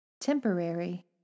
temporary